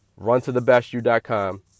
runtothebestyou.com